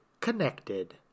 connected